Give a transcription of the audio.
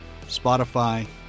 Spotify